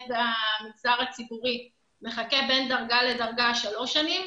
במגזר הציבורי מחכה בין דרגה לדרגה שלוש שנים,